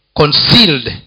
concealed